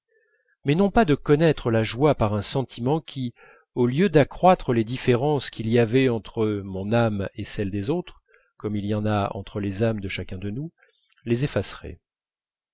mais non pas de connaître la joie par un sentiment qui au lieu d'accroître les différences qu'il y avait entre mon âme et celles des autres comme il y en a entre les âmes de chacun de nous les effacerait